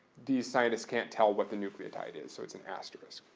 these scientists can't tell what the nucleotide is, so it's an asterisk.